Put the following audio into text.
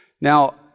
Now